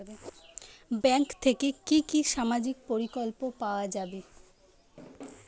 Bank থেকে কি কি সামাজিক প্রকল্প পাওয়া যাবে?